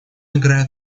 играет